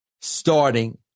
starting